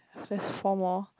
there's four more